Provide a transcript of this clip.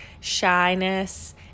shyness